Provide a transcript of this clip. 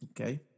Okay